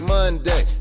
Monday